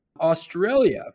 Australia